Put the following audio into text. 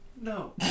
No